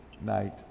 night